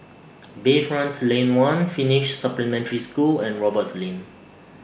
Bayfront Lane one Finnish Supplementary School and Roberts Lane